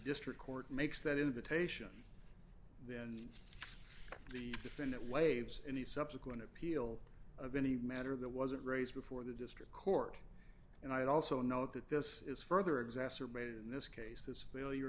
district court makes that invitation then the defendant waives any subsequent appeal of any matter that wasn't raised before the district court and i also know that this is further exacerbated in this case this failure